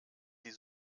die